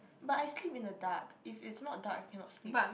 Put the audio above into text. but I sleep in the dark if it's not dark I cannot sleep